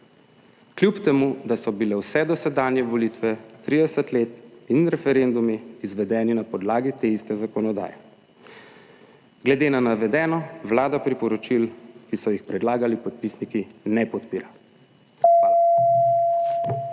kljub temu, da so bile vse dosedanje volitve 30 let in referendumi izvedeni na podlagi te iste zakonodaje. Glede na navedeno Vlada priporočil, ki so jih predlagali podpisniki, ne podpira. Hvala.